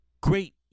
great